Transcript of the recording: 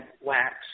wax